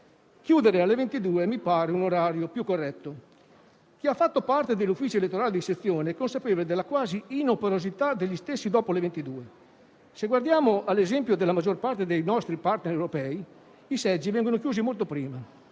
Chiudere alle ore 22 mi pare più corretto. Chi ha fatto parte dell'ufficio elettorale di sezione è consapevole della quasi inoperosità degli stessi dopo le ore 22. Se guardiamo all'esempio della maggior parte dei nostri *partner* europei, i seggi vengono chiusi molto prima.